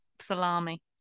salami